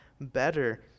better